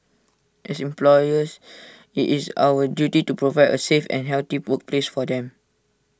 as employers IT is our duty to provide A safe and healthy workplace for them